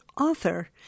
author